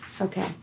okay